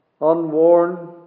Unworn